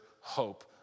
hope